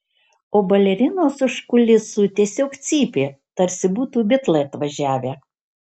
o balerinos už kulisų tiesiog cypė tarsi būtų bitlai atvažiavę